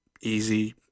easy